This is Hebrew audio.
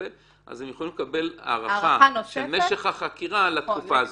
אז הם יכולים לקבל הארכה של משך החקירה לתקופה הזאת.